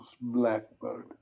Blackbird